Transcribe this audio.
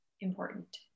important